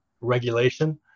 regulation